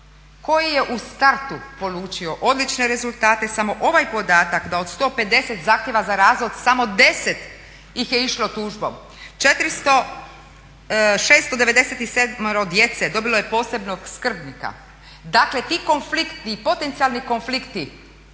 koji je u startu polučio odlične rezultate, samo ovaj podatak da od 150 zahtjeva za razvod samo 10 ih je išlo tužbom, 697 djece dobilo je posebnog skrbnika. Dakle ti konflikti i potencijalni konflikti